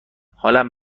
حالم